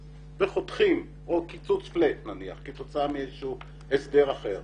וחותכים או קיצוץ פלט נניח כתוצאה מאיזשהו הסדר אחר,